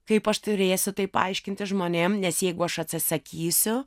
kaip aš turėsiu tai paaiškinti žmonėm nes jeigu aš atsisakysiu